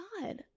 God